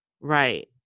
Right